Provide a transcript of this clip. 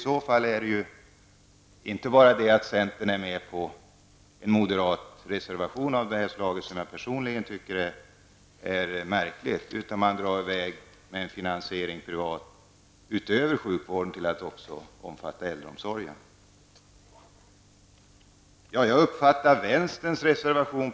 Kanske är det inte bara så att centern är med på en moderat reservation av det här slaget, vilket jag personligen tycker är märkligt, utan också drar till med en privat finansiering av inte bara sjukvården utan också äldreomsorgen. Också från vänsterpartiet har avgivits en reservation.